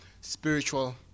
spiritual